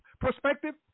perspective